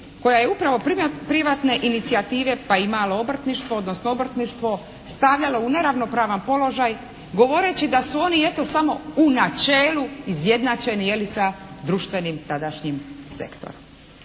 koja je upravo privatne inicijative pa i malo obrtništvo odnosno obrtništvo stavljala u neravnopravan položaj govoreći da su oni eto samo u načelu izjednačeni je li sa društvenim tadašnjim sektorom.